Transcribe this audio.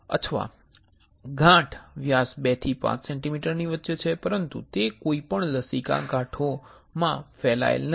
અથવા ગાંઠ વ્યાસ 2 થી 5 સેન્ટિમીટર ની વચ્ચે છે પરંતુ તે કોઈ પણ લસિકા ગાંઠોમાં ફેલાયલ નથી